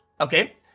okay